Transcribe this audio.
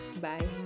Bye